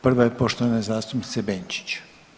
Prva je poštovane zastupnice Benčić.